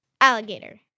alligator